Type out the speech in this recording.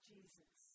Jesus